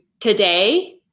today